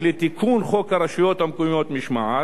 לתיקון חוק הרשויות המקומיות (משמעת).